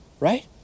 Right